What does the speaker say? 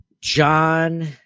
John